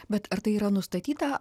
bet ar tai yra nustatyta